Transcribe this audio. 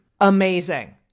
amazing